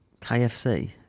kfc